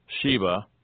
Sheba